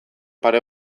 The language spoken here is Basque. pare